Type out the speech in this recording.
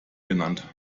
genannt